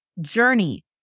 journey